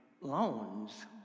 loans